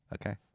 Okay